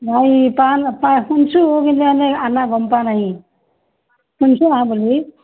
নাই তান তাৰ শুনছোঁ কিন্তু এনে আনা গম পোৱা নাই শুনছোঁ আহা বুলি